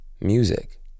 music